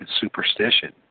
superstition